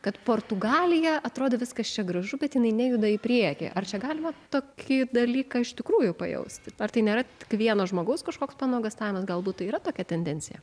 kad portugalija atrodė viskas čia gražu bet jinai nejuda į priekį ar čia galima tokį dalyką iš tikrųjų pajausti ar tai nėra tik vieno žmogaus kažkoks panuogąstavimas galbūt tai yra tokia tendencija